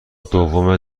دوم